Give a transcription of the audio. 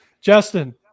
Justin